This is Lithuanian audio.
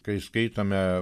kai skaitome